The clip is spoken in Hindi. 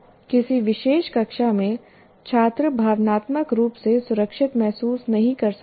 किसी विशेष कक्षा में छात्र भावनात्मक रूप से सुरक्षित महसूस नहीं कर सकता है